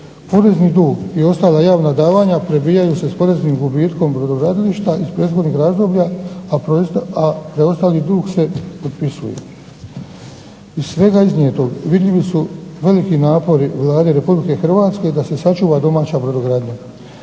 Porezni dug i ostala javna davanja prebijaju se s poreznim gubitkom brodogradilišta iz prethodnih razloga, a preostali dug se otpisuje. Iz svega iznijetog vidljivi su veliki napori Vlade Republike Hrvatske da se sačuva domaća brodogradnja